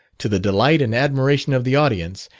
to the delight and admiration of the audience,